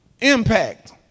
Impact